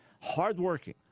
hardworking